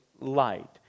light